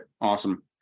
awesome